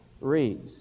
reads